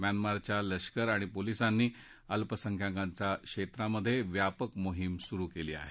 म्यानमारच्या लष्कर आणि पोलिसांनी अल्पसंख्याकांच्या क्षेत्रांमधे व्यापक मोहीम सुरु केली आहे